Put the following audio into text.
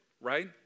right